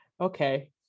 Okay